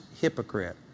hypocrite